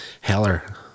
Heller